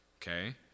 okay